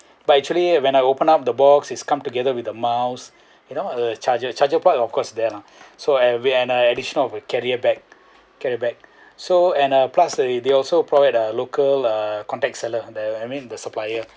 but actually when I open up the box it's come together with the mouse you know the charger charger plug of course there lah so and with the addition of a carry bag carry bag so and uh plus the they also provide a local uh contact seller there I mean the supplier